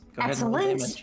Excellent